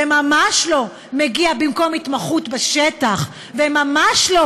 וזה ממש לא מגיע במקום התמחות בשטח וממש לא